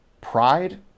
pride